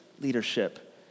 leadership